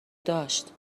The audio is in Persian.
داشت